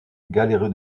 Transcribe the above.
galerie